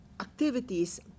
activities